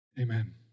Amen